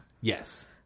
Yes